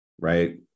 right